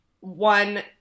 one